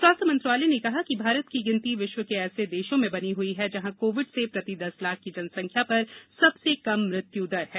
स्वास्थ्य मंत्रालय ने कहा है कि भारत की गिनती विश्व के ऐसे देशों में बनी हुई है जहां कोविड से प्रति दस लाख की जनसंख्या पर सबसे कम मृत्यु दर है